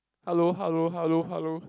hello hello hello hello